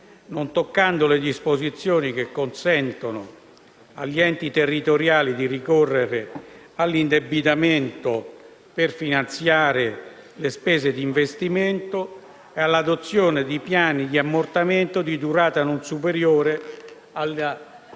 non toccando le disposizioni che consentono agli enti territoriali di ricorrere all'indebitamento per finanziare le spese di investimento e all'adozione di piani di ammortamento di durata non superiore alla